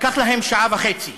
לקח להם שעה וחצי,